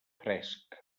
fresc